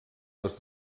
les